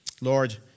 Lord